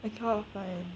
I cannot find